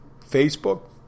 Facebook